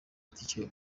itike